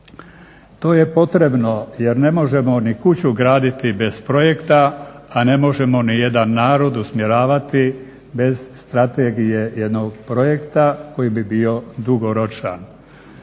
To je potrebno jer ne možemo ni kuću graditi bez projekta, a ne možemo ni jedan narod usmjeravati bez strategije jednog projekta koji bi bio dugoročan.